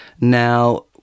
Now